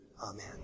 Amen